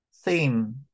theme